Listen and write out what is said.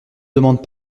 demandent